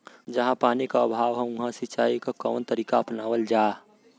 जहाँ पानी क अभाव ह वहां सिंचाई क कवन तरीका अपनावल जा?